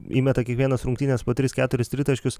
įmeta kiekvienas rungtynes po tris keturis tritaškius